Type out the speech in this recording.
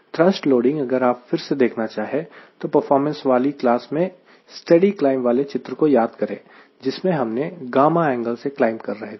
thrust loading अगर आप फिर से देखना चाहे तो परफॉर्मेंस वाले क्लास से स्टेडी क्लाइंब वाले चित्र को याद करें जिसमें हम 𝛾 एंगल से क्लाइंब कर रहे हैं